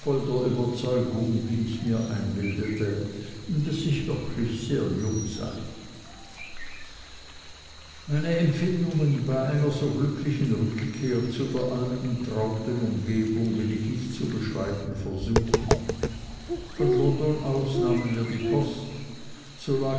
überzeugung wie ich mir einbildete daß ich wirklich sehr jung sei meine empfindungen bei einer so glücklichen rückkehr zu der alten trauten umgebung will ich nicht zu beschreiben versuchen von london aus nahmen wir die post